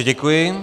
Děkuji.